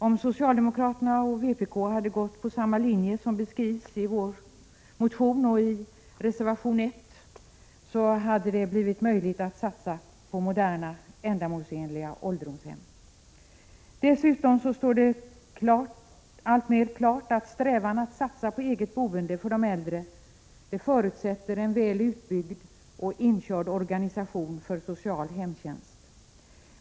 Om socialdemokraterna och vpk hade gått på samma linje som beskrivs i vår motion och i reservation 1 hade det blivit möjligt att satsa på moderna, ändamålsenliga ålderdomshem. Dessutom står det alltmer klart att strävan att satsa på eget boende för de äldre förutsätter en väl utbyggd och inkörd organisation för social hemtjänst.